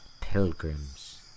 pilgrims